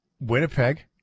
Winnipeg